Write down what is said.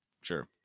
sure